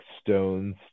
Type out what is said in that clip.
stones